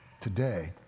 today